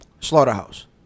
Slaughterhouse